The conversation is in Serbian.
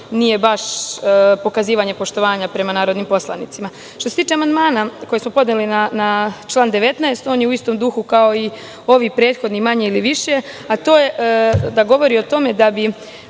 nije baš pokazivanje poštovanja prema narodnim poslanicima. Što se tiče amandmana koji smo podneli na član 19, on je u istom duhu kao i ovi prethodni, manje ili više, a to je da govori o tome da bi